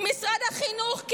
משרד החינוך,